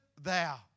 thou